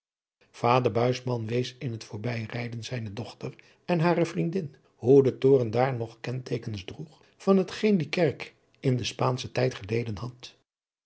wees in het voorbijrijden zijne dochter en hare vriendin hoe de toren daar nog kenteekens droeg van het geen die kerk in den spaanschen tijd geleden had